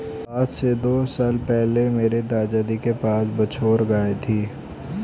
आज से दो साल पहले मेरे दादाजी के पास बछौर गाय थी